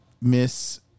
Miss